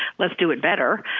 let's do it better.